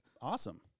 Awesome